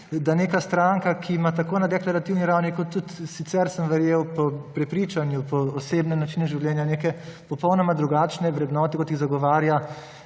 da neka stranka, ki ima tako na deklarativni ravni kot tudi sicer, sem verjel, po prepričanju, po osebnem načinu življenja neke popolnoma drugačne vrednote, kot jih zagovarja